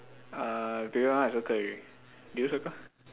uh that one I circle already did you circle